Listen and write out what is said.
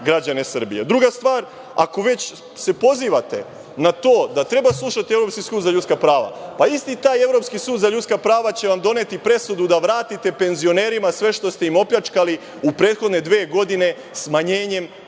stvar, ako se već pozivate na to da treba slušati Evropski sud za ljudska prava, pa isti taj Evropski sud za ljudska prava će vam doneti presudu da vratite penzionerima sve što ste im opljačkali u prethodne dve godine smanjenjem penzija